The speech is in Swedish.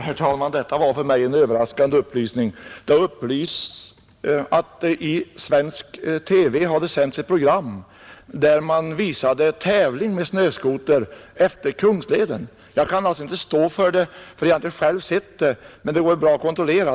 Herr talman! Detta var för mig en överraskande upplysning. Det har upplysts att det i svensk TV har sänts ett program, där man visat en tävling med snöskoter efter Kungsleden. Jag kan inte stå för den uppgiften, eftersom jag inte själv har sett programmet, men det går ju att kontrollera.